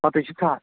پتہٕ حظ چھِ